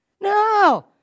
no